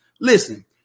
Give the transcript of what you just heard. Listen